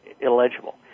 illegible